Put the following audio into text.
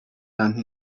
than